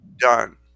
Done